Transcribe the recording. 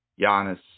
Giannis